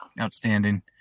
outstanding